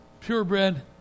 Purebred